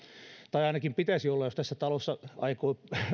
tai ainakin pitäisi olla jos tässä talossa aikoo